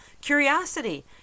curiosity